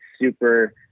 super